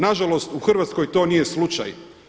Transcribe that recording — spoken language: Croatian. Na žalost u Hrvatskoj to nije slučaj.